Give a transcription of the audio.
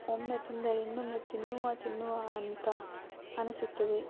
ಒಮ್ಮೆ ತಿಂದರೆ ಇನ್ನೊಮ್ಮೆ ತಿನ್ನುವ ತಿನ್ನುವ ಅಂತ ಅನಿಸುತ್ತದೆ